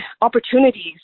opportunities